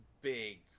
big